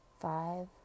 five